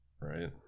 Right